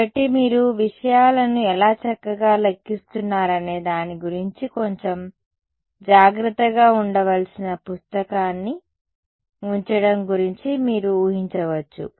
కాబట్టి మీరు విషయాలను ఎలా చక్కగా లెక్కిస్తున్నారనే దాని గురించి కొంచెం జాగ్రత్తగా ఉండవలసిన పుస్తకాన్ని ఉంచడం గురించి మీరు ఊహించవచ్చు